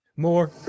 more